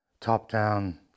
top-down